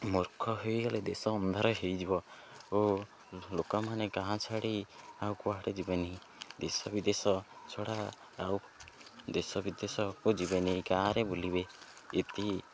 ମୂର୍ଖ ହେଇଗଲେ ଦେଶ ଅନ୍ଧାର ହେଇଯିବ ଓ ଲୋକମାନେ ଗାଁ ଛାଡ଼ି ଆଉ କୁଆଡ଼େ ଯିବେନି ଦେଶ ବିଦେଶ ଛଡ଼ା ଆଉ ଦେଶ ବିଦେଶକୁ ଯିବେନି ଗାଁରେ ବୁଲିବେ ଇତି